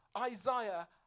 Isaiah